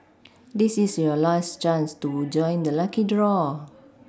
this is your last chance to join the lucky draw